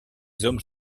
hommes